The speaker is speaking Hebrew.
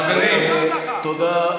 תודה.